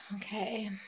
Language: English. okay